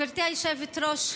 גברתי היושבת-ראש,